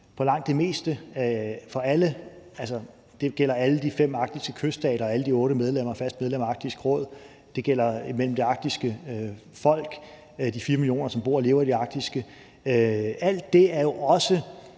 der jo er. Det gælder alle de fem arktiske kyststater og alle de otte faste medlemmer af Arktisk Råd, og det gælder det arktiske folk – de 4 millioner, som bor og lever i det arktiske område. Alt det er jo også